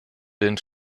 den